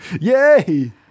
Yay